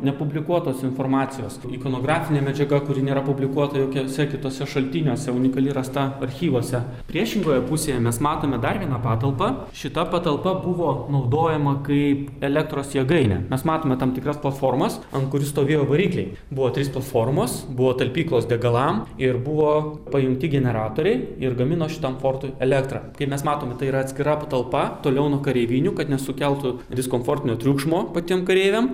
nepublikuotos informacijos ikonografinė medžiaga kuri nėra publikuota jokiuose kituose šaltiniuose unikali rasta archyvuose priešingoje pusėje mes matome dar vieną patalpą šita patalpa buvo naudojama kaip elektros jėgainė mes matome tam tikras formas ant kurių stovėjo varikliai buvo trys platformos buvo talpyklos degalam ir buvo pajungti generatoriai ir gamino šitam fortui elektrą kai mes matome tai yra atskira patalpa toliau nuo kareivinių kad nesukeltų diskomfortinio triukšmo patiem kareiviam